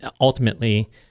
ultimately